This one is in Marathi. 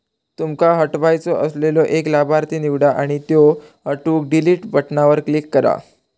तुमका हटवायचो असलेलो एक लाभार्थी निवडा आणि त्यो हटवूक डिलीट बटणावर क्लिक करा